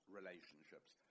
relationships